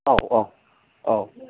औ औ औ